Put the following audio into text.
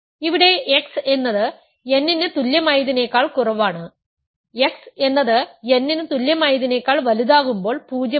ഇവിടെ x എന്നത് n ന് തുല്യമായതിനേക്കാൾ കുറവാണ് x എന്നത് n ന് തുല്യമായതിനേക്കാൾ വലുതാകുമ്പോൾ 0 ആണ്